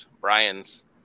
Brian's